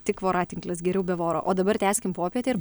tik voratinklis geriau be voro o dabar tęskim popietę ir